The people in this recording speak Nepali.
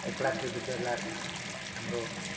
एक लाख देखि डेढ लाख हाम्रो